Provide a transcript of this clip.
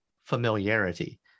familiarity